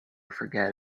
forget